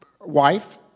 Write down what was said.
wife